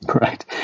Right